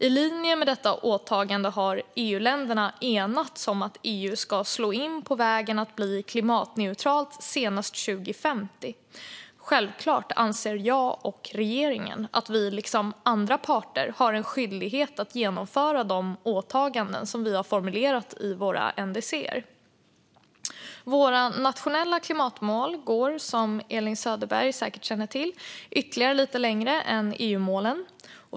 I linje med detta åtagande har EU-länderna enats om att EU ska slå in på vägen mot att bli klimatneutralt senast 2050. Självklart anser jag och regeringen att vi liksom andra parter har en skyldighet att genomföra de åtaganden som vi har formulerat i våra NDC:er. Våra nationella klimatmål går, som Elin Söderberg säkert känner till, ytterligare lite längre än EU-målen.